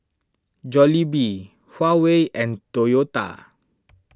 Jollibee Huawei and Toyota